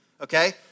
okay